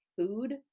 food